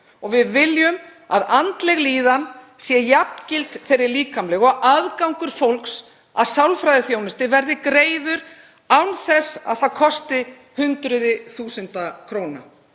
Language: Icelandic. Við viljum að andleg líðan sé jafngild þeirri líkamlegu og aðgangur fólks að sálfræðiþjónustu verði greiður án þess að það kosti hundruð þúsunda króna.